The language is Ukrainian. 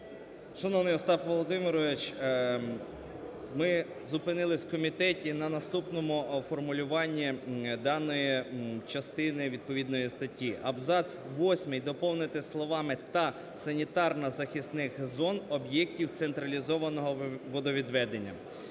Шановний Остап Володимирович, ми зупинились у комітеті на наступному формулюванні даної частини відповідної статті: "Абзац восьмий доповнити словами "та санітарно-захисних зон об'єктів централізованого водовідведення".